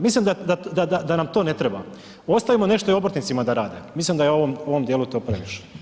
Mislim da nam to ne treba, ostavimo nešto i obrtnicima da rade, mislim da je u ovom dijelu to previše.